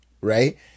right